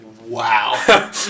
Wow